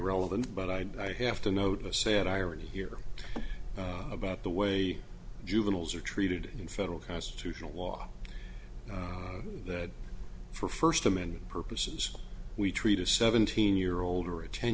relevant but i do i have to note a sad irony here about the way juveniles are treated in federal constitutional law that for first amendment purposes we treat a seventeen year old or a ten